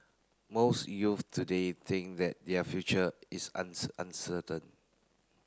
most youth today think that their future is uncertain